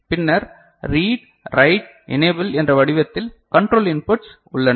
பின்னர் read write enable என்ற வடிவத்தில் கன்ட்ரோல் இன்புட்ஸ் உள்ளன